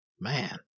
Man